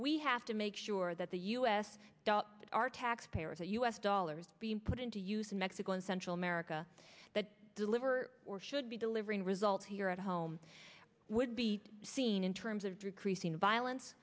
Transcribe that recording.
we have to make sure that the u s our taxpayer the u s dollars being put into use in mexico and central america that deliver or should be delivering results here at home would be seen in terms of decreasing violen